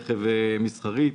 רכב מסחרי,